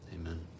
amen